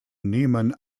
niemann